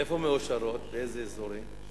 איפה מאושרות, באיזה אזורים?